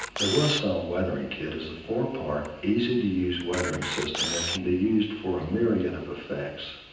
the rustall weathering kit is a four-part easy to use weathering system that can be used for a myriad of effects.